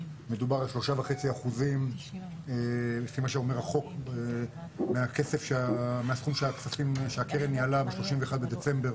מדובר על 3.5% לפי מה שאומר החוק מהסכום שהקרן ניהלה ב-31 בדצמבר